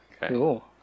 Cool